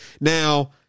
Now